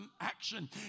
action